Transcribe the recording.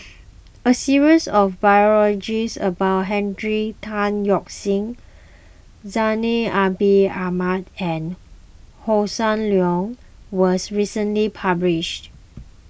a series of biologies about Henry Tan Yoke See Zainal Ahmad and Hossan Leong was recently published